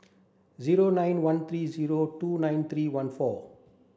zero nine one three zero two nine three one four